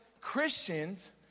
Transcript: Christians